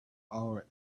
our